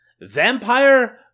Vampire